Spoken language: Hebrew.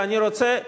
ואני רוצה,